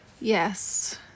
Yes